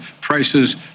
prices